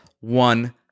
one